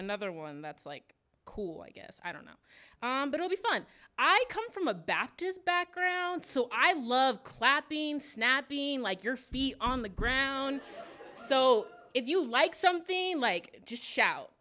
another one that's like cool i guess i don't know but i'll be fun i come from a baptist background so i love clapping snapping like your feet on the ground so if you like something like just shout